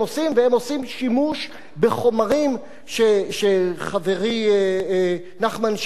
והם עושים שימוש בחומרים שחברי נחמן שי הגדיר